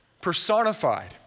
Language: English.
personified